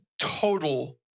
total